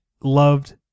loved